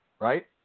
Right